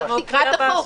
תקרא את החוק.